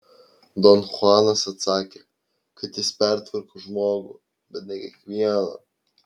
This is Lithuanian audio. don chuanas atsakė kad jis pertvarko žmogų bet ne kiekvieną